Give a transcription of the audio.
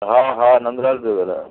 हा हा नंदलाल पियो ॻाल्हायांव